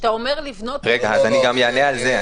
כשאתה אומר לבנות מערכת חדשה --- אני גם אענה על זה.